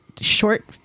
short